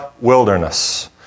wilderness